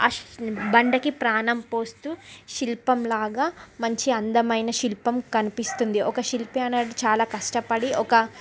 ఆ బండకి ప్రాణం పోస్తూ శిల్పం లాగా మంచి అందమైన శిల్పం కనిపిస్తుంది ఒక శిల్పి అనేడ్ చాలా కష్టపడి ఒక